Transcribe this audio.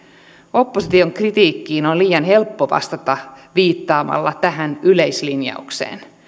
opposition kritiikkiin on liian helppo vastata viittaamalla tähän yleislinjaukseen